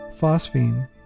phosphine